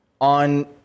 on